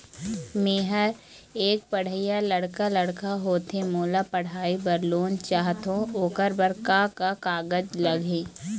मेहर एक पढ़इया लइका लइका होथे मोला पढ़ई बर लोन चाहथों ओकर बर का का कागज लगही?